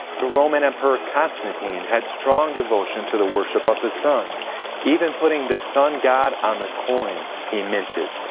the roman emperor constantine had strong devotion to the worship of the sun even putting the sun god on the coins he minted.